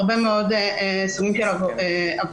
הרבה מאוד סוגים של עבודות.